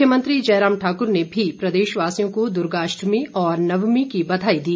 मुख्यमंत्री जयराम ठाक्र ने भी प्रदेशवासियों को दुर्गा अष्टमी और नवमी की बधाई दी